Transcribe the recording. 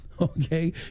Okay